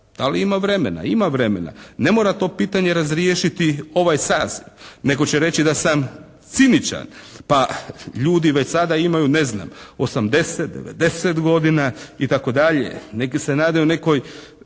Ali ima vremena. Ima vremena. Ne mora to pitanje razriješiti ovaj saziv. Netko će reći da sam ciničan. Pa ljudi već sada imaju, ne znam, 80, 90 godina i tako dalje. Neki se nadaju nekoj